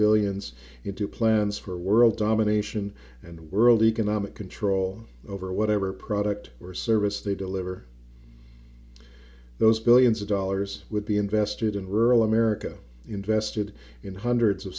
billions into plans for world domination and world economic control over whatever product or service they deliver those billions of dollars would be invested in rural america invested in hundreds of